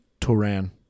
Turan